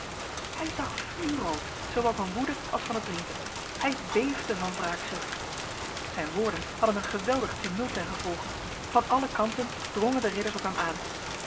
hij zag vuurrood zoowel van woede als van het drinken hij beefde van wraakzucht zijne woorden hadden een geweldig tumult ten gevolge van alle kansen drongen de ridders op hem aan